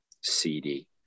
CD